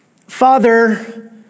Father